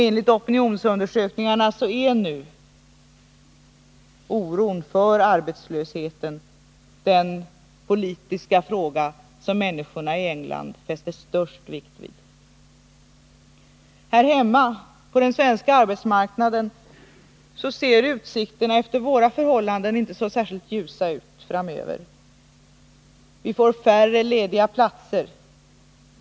Enligt opinionsundersökningarna är nu oron för arbetslösheten den politiska fråga som människorna i England fäster störst vikt vid. Här hemma på den svenska arbetsmarknaden ser utsikterna — efter våra förhållanden — inte så särskilt ljusa ut framöver. Vi får färre lediga platser.